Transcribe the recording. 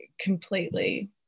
completely